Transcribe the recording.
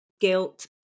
guilt